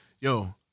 Yo